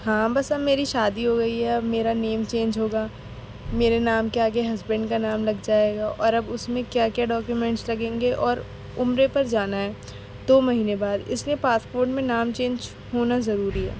ہاں بس اب میری شادی ہو گئی ہے اب میرا نیم چینج ہوگا میرے نام کے آگے ہسبینڈ کا نام لگ جائے گا اور اب اس میں کیا کیا ڈاکیومنٹس لگیں گے اور عمرے پر جانا ہے دو مہینے بعد اس لیے پاسپورٹ میں نام چینج ہونا ضروری ہے